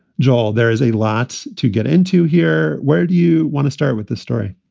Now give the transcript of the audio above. joel, there is a lot to get into here. where do you want to start with this story?